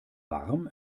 warm